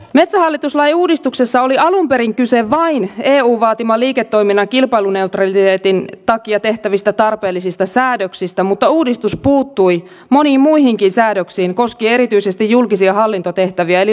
metsähallitus lain uudistuksessa oli alun perin kyse vain eun vaatiman liiketoiminnan kilpailuneutraliteetin takia tehtävistä tarpeellisista säädöksistä mutta uudistus puuttui moniin muihinkin säädöksiin koskien erityisesti julkisia hallintotehtäviä eli luontopalveluja